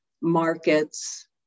markets